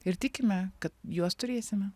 ir tikime kad juos turėsime